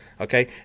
Okay